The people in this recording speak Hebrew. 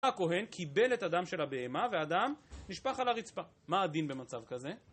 הכהן קיבל את הדם של הבהמה, והדם נשפך על הרצפה. מה הדין במצב כזה?